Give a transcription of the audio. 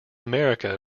america